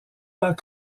pas